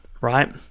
right